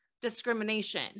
discrimination